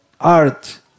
Art